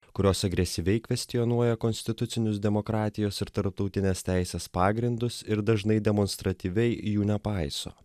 kurios agresyviai kvestionuoja konstitucinius demokratijos ir tarptautinės teisės pagrindus ir dažnai demonstratyviai jų nepaiso